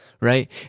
right